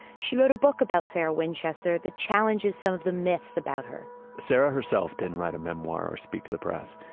she wrote a book about sarah winchester that challenges some of the myths about her sarah herself didn't write a memoir or speak to the press,